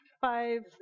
Five